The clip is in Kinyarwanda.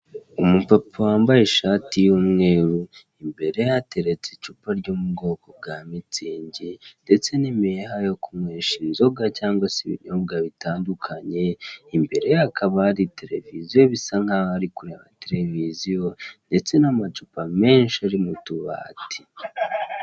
Umupapa wambaye ishati y'umweru, imbere ye hateretse icupa ryo mu bwoko bwa mitsingi, ndetse n'imiheha yo kunywesha inzoga cyangwa se ibinyobwa bitandukanye, imbere ye hakaba hari tereviziyo bisa nk'aho ari kureba tereviziyo, ndetse n'amacupa menshi ari mu tubati.